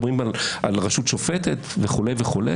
מדברים על רשות שופטת וכו',